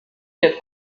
der